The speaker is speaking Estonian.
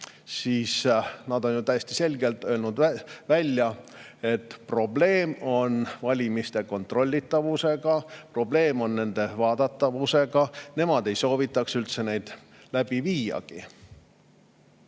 Nad on täiesti selgelt öelnud, et probleem on valimiste kontrollitavusega, probleem on nende vaadeldavusega ja nemad ei soovitaks üldse neid läbi viiagi.